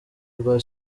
rwa